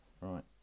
right